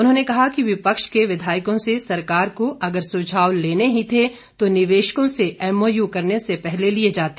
उन्होंने कहा कि विपक्ष के विधायकों से सरकार को अगर सुझाव लेने ही थे तो निवेशकों से एमओयू करने से पहले लिए जाते